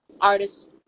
artist